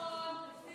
דקות.